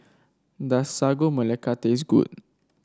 does Sagu Melaka taste good